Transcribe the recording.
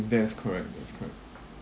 that is correct that's correct